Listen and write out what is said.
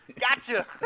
Gotcha